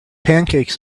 pancakes